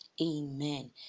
Amen